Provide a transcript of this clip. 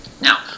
Now